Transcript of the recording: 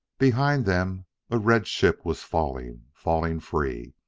behind them a red ship was falling falling free!